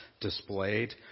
displayed